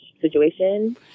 situation